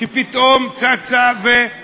שפתאום צצה עם